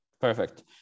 perfect